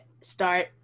start